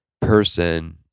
person